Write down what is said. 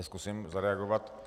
Zkusím zareagovat.